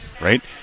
Right